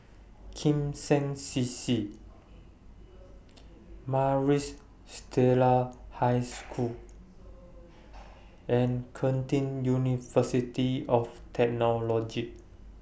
Kim Seng C C Maris Stella High School and Curtin University of Technology